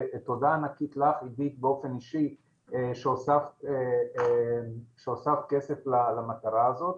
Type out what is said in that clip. ותודה ענקית לך עידית באופן אישי שהוספת כסף למטרה הזאת.